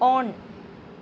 on